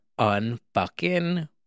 unfucking